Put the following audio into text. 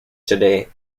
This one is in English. today